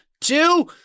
two